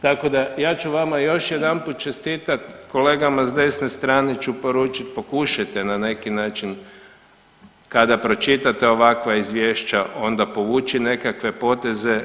Tako da ja ću vama još jedanput čestita, kolegama s desne strane ću poručit pokušajte na neki način kada pročitate ovakva izvješća onda povući nekakve poteze.